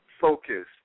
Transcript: focus